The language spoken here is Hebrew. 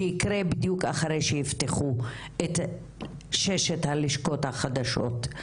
שיקרה בדיוק אחרי שיפתחו את ששת הלשכות החדשות.